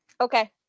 okay